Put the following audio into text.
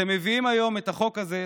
אתם מביאים היום את החוק הזה,